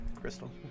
Crystal